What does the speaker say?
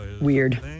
Weird